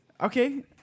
Okay